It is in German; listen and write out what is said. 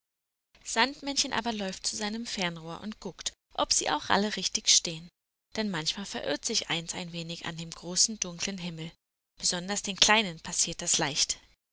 sandmännchen aber läuft zu seinem fernrohr und guckt ob sie auch alle richtig stehen denn manchmal verirrt sich eins ein wenig an dem großen dunklen himmel besonders den kleinen passiert das leicht